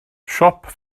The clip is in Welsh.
siop